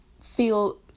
feel